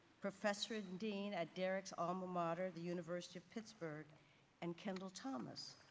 professor and dean at derrick's alma mater, the university of pittsburgh and kendall thomas,